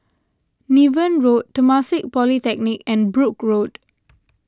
Niven Road Temasek Polytechnic and Brooke Road